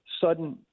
sudden